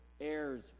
heirs